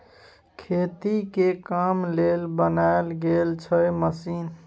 खेती के काम लेल बनाएल गेल छै मशीन